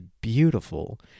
beautiful